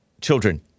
Children